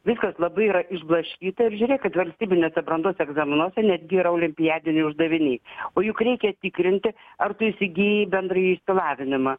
viskas labai yra išblaškyta ir žiūrėkit valstybiniuose brandos egzaminuose netgi yra olimpiadiniai uždaviniai o juk reikia tikrinti ar tu įsigijai bendrąjį išsilavinimą